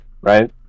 right